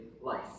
life